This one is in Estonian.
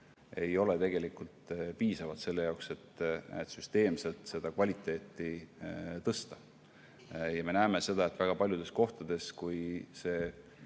ei ole tegelikult piisavad selle jaoks, et süsteemselt kvaliteeti tõsta. Me näeme, et väga paljudes kohtades, kui